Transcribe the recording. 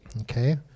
okay